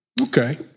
Okay